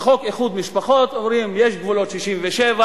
בחוק איחוד משפחות אומרים: יש גבולות 67',